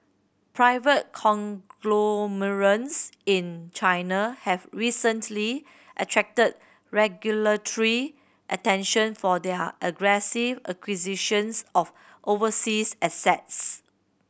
private conglomerates in China have recently attracted regulatory attention for their aggressive acquisitions of overseas assets